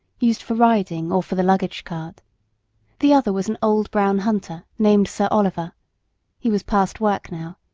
used for riding or for the luggage cart the other was an old brown hunter, named sir oliver he was past work now,